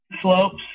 slopes